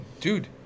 dude